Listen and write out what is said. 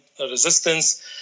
resistance